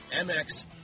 MX